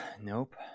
nope